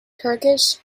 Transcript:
turkish